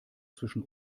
zwischen